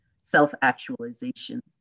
self-actualization